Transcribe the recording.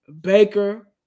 Baker